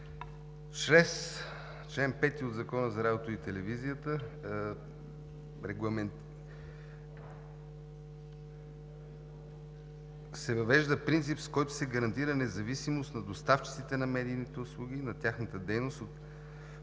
Чрез чл. 5 от Закона за радиото и телевизията се въвежда принцип, с който се гарантира независимост на доставчиците на медийните услуги и на тяхната дейност от